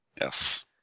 Yes